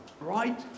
right